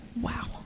Wow